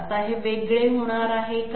आता हे वेगळे होणार आहेत का